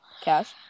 Cash